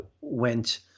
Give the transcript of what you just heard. went